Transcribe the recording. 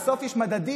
בסוף יש מדדים.